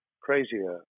crazier